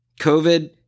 COVID